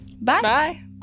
Bye